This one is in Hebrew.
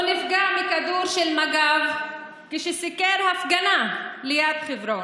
הוא נפגע מכדור של מג"ב כשסיקר הפגנה ליד חברון,